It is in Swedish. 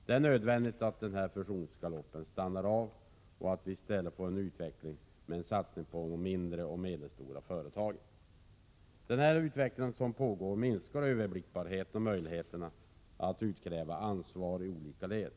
Det är nödvändigt att denna fusionsgalopp avstannar och att vi i stället får en utveckling med en satsning på de mindre och medelstora företagen. Den pågående utvecklingen minskar överblickbarheten och möjligheterna att utkräva ansvar i olika led.